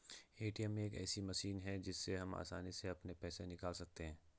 ATM एक ऐसी machine है जिससे हम आसानी से अपने पैसे निकाल सकते हैं